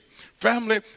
Family